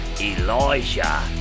Elijah